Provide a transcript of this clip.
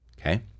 Okay